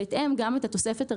בהתאם גם את התוספת הראשונה,